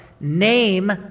Name